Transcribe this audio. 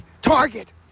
target